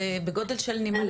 זה כתוב בגודל של נמלה.